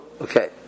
okay